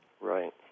Right